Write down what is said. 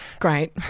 Great